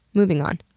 moving on.